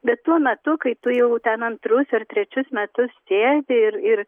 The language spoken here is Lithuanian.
bet tuo metu kai tu jau ten antrus ar trečius metus sėdi ir ir